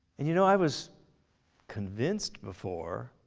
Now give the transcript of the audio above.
and you know i was convinced before,